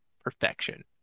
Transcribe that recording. perfection